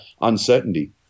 uncertainty